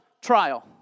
trial